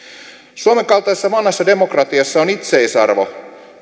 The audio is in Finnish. suomen kaltaisessa vanhassa demokratiassa on itseisarvo